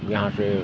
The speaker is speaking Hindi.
यहाँ से